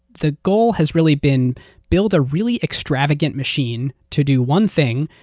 the goal has really been build a really extravagant machine to do one thing,